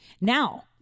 Now